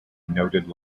noted